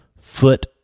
foot